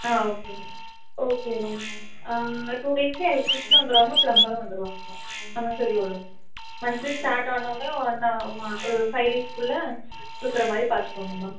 ஆ okay okay ma'am two டேஸில் எலெக்ட்ரிஷியனும் வந்துடுவாங்க ப்ளம்பரும் வந்துடுவாங்க மேம் நம்ம சைட்டில் உள்ளவங்க மன்த்லி ஸ்டார்ட் ஆன வோண்ணே ஒன்று ஒரு ஃபைவ் டேஸ்க்குள்ள கொடுக்குற மாதிரி பார்த்துக்கோங்க மேம்